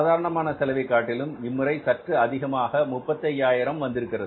சாதாரணமான செலவை காட்டிலும் இம்முறை சற்று அதிகரித்தது 35000 வந்திருக்கிறது